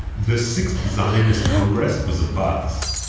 the sixth zionist congress was abuzz.